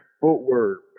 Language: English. footwork